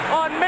on